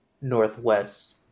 northwest